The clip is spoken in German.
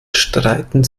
streiten